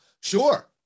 Sure